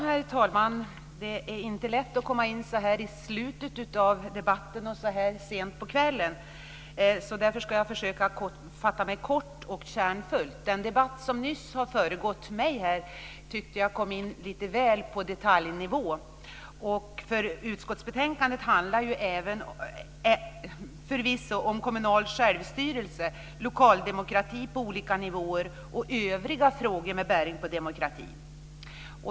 Herr talman! Det är inte lätt att komma in så här i slutet av debatten och så här sent på kvällen. Därför ska jag försöka fatta mig kort och kärnfullt. Den debatt som precis har föregått mitt anförande tycker jag kom in lite väl mycket på detaljnivå. Utskottsbetänkandet handlar förvisso om kommunal självstyrelse, lokaldemokrati på olika nivåer och övriga frågor med bäring på demokrati.